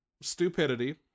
stupidity